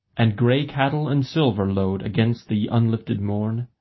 and grey cattle and silver lowed against the unlifted morn,